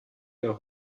der